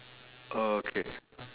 okay